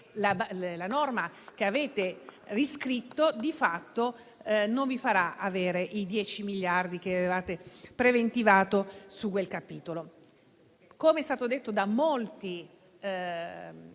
la norma che avete riscritto, di fatto, non vi farà avere i 10 miliardi che avevate preventivato su quel capitolo. Com'è stato detto da molti